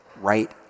Right